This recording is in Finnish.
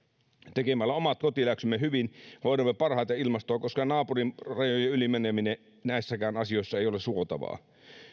tekemällä omat kotiläksymme hyvin hoidamme parhaiten ilmastoa koska naapurin rajojen yli meneminen näissäkään asioissa ei ole suotavaa